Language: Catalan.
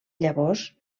llavors